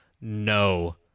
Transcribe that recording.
no